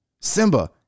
Simba